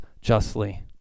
justly